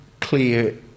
clear